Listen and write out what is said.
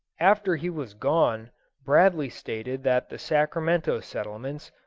after he was gone bradley stated that the sacramento settlements,